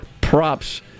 props